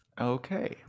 Okay